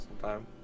sometime